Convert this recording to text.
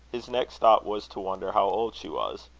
his next thought was to wonder how old she was.